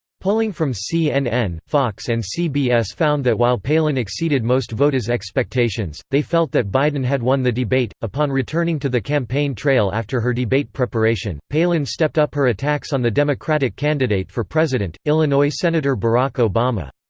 polling from cnn, fox and cbs found that while palin exceeded most voters' expectations, they felt that biden had won the debate upon returning to the campaign trail after her debate preparation, palin stepped up her attacks on the democratic candidate for president, illinois senator barack obama.